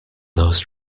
those